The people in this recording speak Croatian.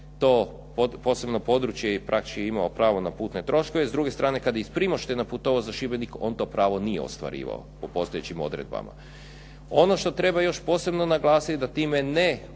to posebno područje i Praći je imao pravo na putne troškove. S druge strane kada je iz Primoštena putovao za Šibenik, on to pravo nije ostvarivao po postojećim odredbama. Ono što treba još posebno naglasiti da time ne